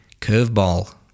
Curveball